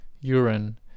urine